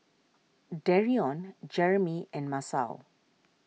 Dereon Jeromy and Masao